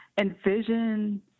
envision